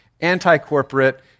anti-corporate